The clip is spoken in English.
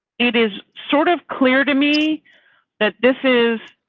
it is sort of clear to me that this is.